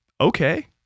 okay